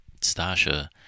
Stasha